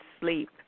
sleep